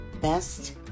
best